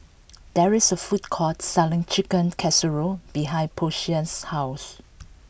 there is a food court selling Chicken Casserole behind Posey's House